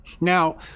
Now